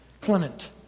Clement